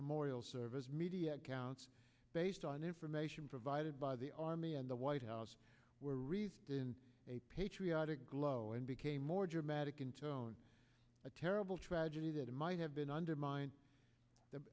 memorial service media accounts based on information provided by the army and the white house were read in a patriotic glow and became more dramatic in tone a terrible tragedy that might have been undermined the